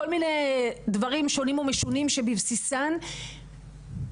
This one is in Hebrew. כל מיני דברים שונים ומשונים שבבסיסם תפיסה